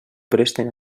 presten